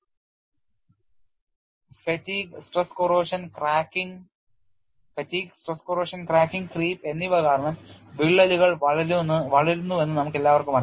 Fatigue stress corrosion cracking creep എന്നിവ കാരണം വിള്ളലുകൾ വളരുന്നുവെന്ന് നമുക്കെല്ലാവർക്കും അറിയാം